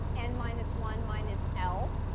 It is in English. n minus one minus l.